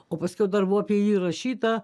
o paskiau dar buvo apie ji rašyta